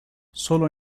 sólo